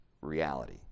reality